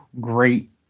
great